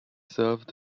served